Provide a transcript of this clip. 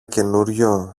καινούριο